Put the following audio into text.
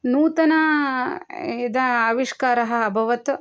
नूतनं यदा अविष्कारः अभवत्